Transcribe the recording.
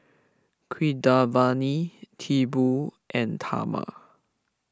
Keeravani Tipu and Tharman